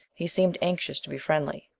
he seemed anxious to be friendly.